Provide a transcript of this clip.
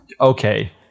Okay